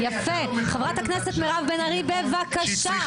חברת הכנסת מירב בן ארי, בבקשה.